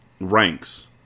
ranks